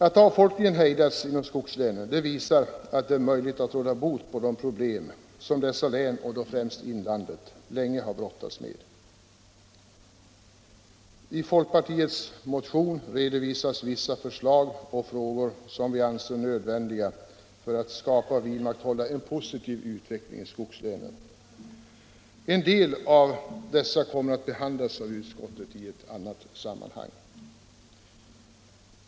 Att avfolkningen hejdats inom skogslänen visar att det är möjligt råda bot på de problem, som dessa län och då främst inlandet länge brottats med. I folkpartiets motion redovisas vissa förslag till åtgärder som vi anser nödvändiga för att skapa och vidmakthålla en positiv utveckling i skogslänen. En del av dessa kommer att behandlas av utskottet i annat sammanhang.